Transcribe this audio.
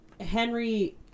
henry